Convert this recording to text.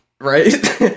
Right